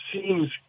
seems